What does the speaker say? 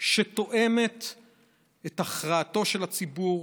שתואמת את הכרעתו של הציבור,